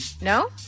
No